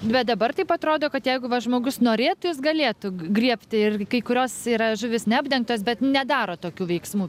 bet dabar taip atrodo kad jeigu va žmogus norėtų jis galėtų griebti ir kai kurios yra žuvys neapdengtos bet nedaro tokių veiksmų